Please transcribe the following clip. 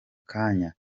kanya